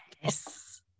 yes